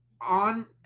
on